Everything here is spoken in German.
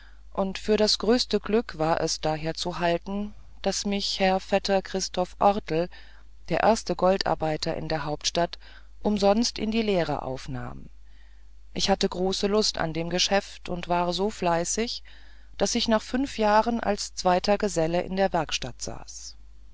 und für das größte glück war es daher zu halten daß mich herr vetter christoph orlt der erste goldarbeiter in der hauptstadt umsonst in die lehre aufnahm ich hatte große lust an dem geschäft und war so fleißig daß ich nach fünf jahren als zweiter gesell in der werkstatt saß